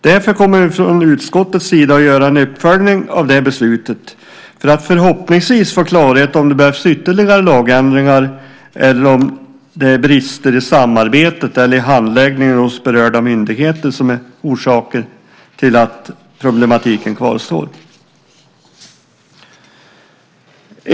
Därför kommer vi från utskottets sida att göra en uppföljning av det beslutet för att förhoppningsvis få klarhet om det behövs ytterligare lagändringar eller om det är brister i samarbetet eller i handläggningen hos berörda myndigheter som är orsaken till att problematiken kvarstår.